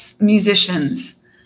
musicians